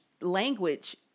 language